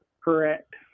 correct